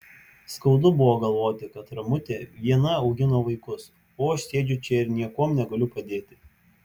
skaudu buvo galvoti kad ramutė viena augina vaikus o aš sėdžiu čia ir niekuom negaliu padėti